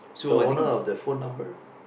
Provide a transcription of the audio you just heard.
the owner of the phone numbers